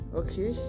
okay